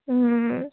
ও